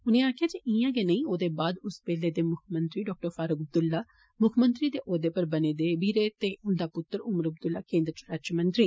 उनें आक्खेआ कि इन्ना गै नेई औदे बाद उस बेल्ले दे मुक्खमंत्री डॉ फारूक अब्दुल्ला मुक्खमंत्री दे ओहदे पर बने दे बी रेह ते उंदा पुत्र उमर अब्दुल्ला केंद्र च राज्यमंत्री